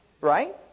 Right